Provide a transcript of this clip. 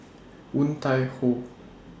Woon Tai Ho